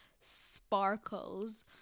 sparkles